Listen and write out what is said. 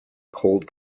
cold